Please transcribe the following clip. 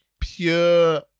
pure